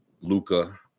Luca